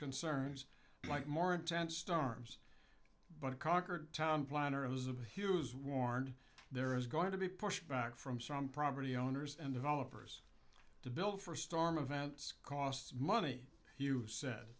concerns like more intense storms but conquered town planner elizabeth hughes warned there is going to be pushback from some property owners and developers to build for storm of events costs money you said